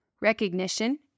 recognition